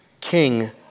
king